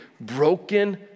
broken